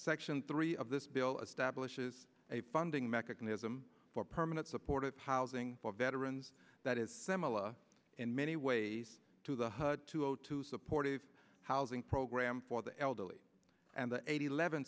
section three of this bill establishes a funding mechanism for permanent supportive housing for veterans that is similar in many ways to the hud two zero two supportive housing program for the elderly and the eight eleven